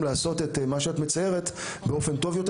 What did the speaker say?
לעשות את מה שאת מציירת באופן טוב יותר,